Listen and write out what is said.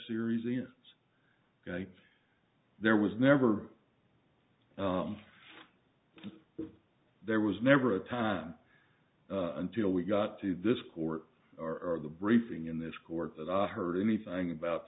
series ian's there was never but there was never a time until we got to this court or the briefing in this court that i heard anything about